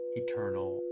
eternal